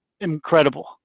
incredible